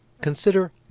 Consider